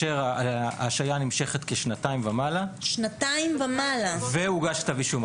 כשההשעיה נמשכת שנתיים ומעלה והוגש כתב אישום.